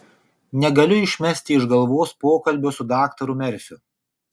negaliu išmesti iš galvos pokalbio su daktaru merfiu